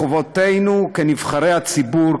מחובתנו כנבחרי הציבור,